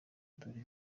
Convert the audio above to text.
dore